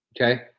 Okay